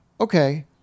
okay